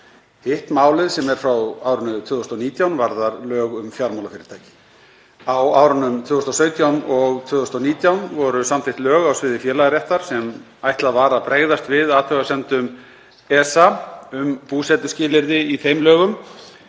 Hitt málið sem er frá árinu 2019 varðar lög um fjármálafyrirtæki. Á árunum 2017 og 2019 voru samþykkt lög á sviði félagaréttar sem ætlað var að bregðast við athugasemdum ESA um búsetuskilyrði í þeim lögum.